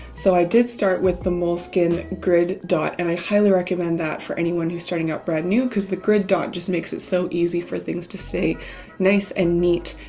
so i did start with the moleskin grid dot. and i highly recommend that for anyone who's starting out brand new because the grid dot just makes it so easy for things to stay nice and neat.